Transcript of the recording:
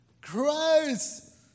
Christ